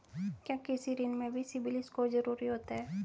क्या कृषि ऋण में भी सिबिल स्कोर जरूरी होता है?